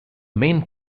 main